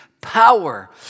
power